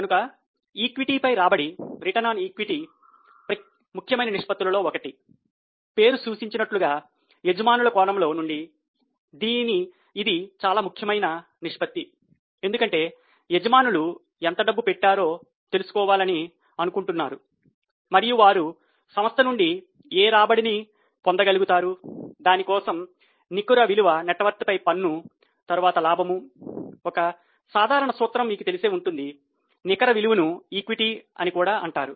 కనుక ఈక్విటీపై రాబడిపై పన్ను తర్వాత లాభం ఒక సాధారణ సూత్రం మీకు తెలిసే ఉంటుంది నికర విలువ ను ఈక్విటీ అని కూడా అంటారు